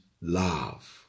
love